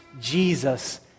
Jesus